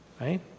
right